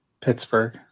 pittsburgh